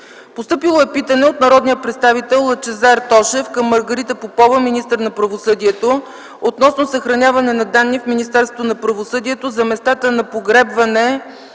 март 2010 г. Питане от народния представител Лъчезар Благовестов Тошев към Маргарита Попова, министър на правосъдието, относно съхраняване на данни в Министерството на правосъдието за местата на погребване